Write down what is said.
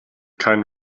keinen